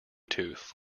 tooth